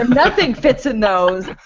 um nothing fits in those,